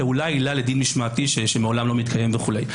אלא אולי עילה לדין משמעתי שמעולם לא מתקיים וכו'.